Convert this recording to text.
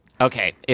Okay